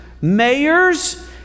mayors